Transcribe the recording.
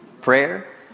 Prayer